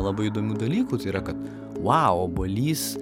labai įdomių dalykų tai yra kad vau obuolys